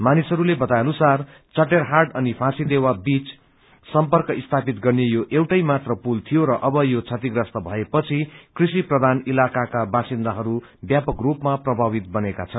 मानिसहरूले बताएअनुसार चटेरहाट अनि फाँसीदेवा बीच सर्म्यक स्थापित गर्ने यो एउटै मात्र पुल थियो र अव यो क्षतिप्रस्त भएपछि कृषि प्रधान इलाकाका बासिन्दाहरू बयापक स्लपमा प्रभावित बनेका छन्